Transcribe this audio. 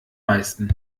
meisten